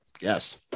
Yes